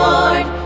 Lord